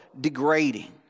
degrading